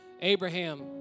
Abraham